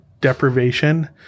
deprivation